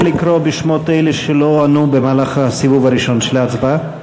נא לקרוא בשמות אלה שלא ענו במהלך הסיבוב הראשון של ההצבעה.